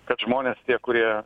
kad žmonės tie kurie